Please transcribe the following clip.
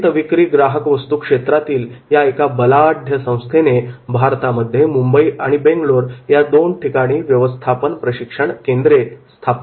त्वरित विक्रि ग्राहक वस्तू क्षेत्रातील या एका बलाढ्य संस्थेचे भारतामध्ये मुंबई आणि बेंगलोर या दोन ठिकाणी व्यवस्थापन प्रशिक्षण केंद्रे आहेत